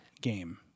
game